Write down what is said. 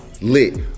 lit